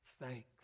thanks